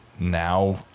now